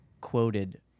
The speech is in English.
quoted